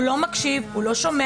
הוא לא מקשיב, הוא לא שומע.